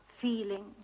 feeling